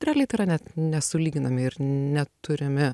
realiai tai yra net nesulyginami ir neturimi